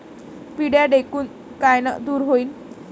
पिढ्या ढेकूण कायनं दूर होईन?